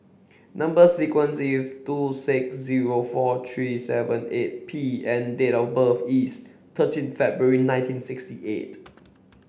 number sequence is T two six zero four three seven eight P and date of birth is thirteen February nineteen sixty eight